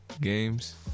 games